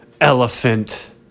elephant